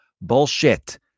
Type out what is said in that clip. bullshit